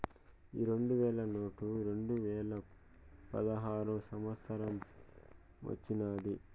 ఈ రెండు వేల నోటు రెండువేల పదహారో సంవత్సరానొచ్చినాది